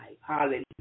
Hallelujah